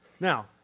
Now